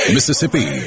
Mississippi